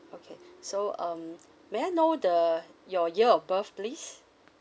okay so um may I know the your year birth please